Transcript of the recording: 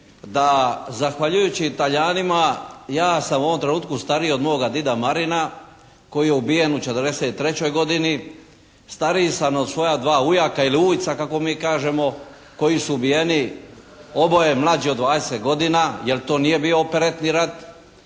da zahvaljujući Talijanima, ja sam u ovom trenutku stariji od moga dida Marina koji je ubijen u 43. godini. Stariji sam od svoja dva ujaka ili ujca kako mi kažemo koji su ubijeni oboje mlađi od 20 godina jer to nije bio operetni rat.